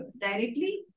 directly